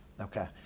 Okay